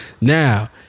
Now